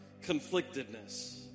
conflictedness